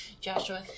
Joshua